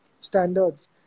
standards